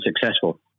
successful